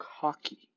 cocky